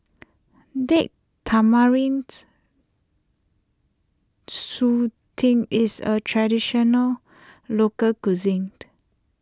Date Tamarind Chutney is a Traditional Local Cuisine